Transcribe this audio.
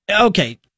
okay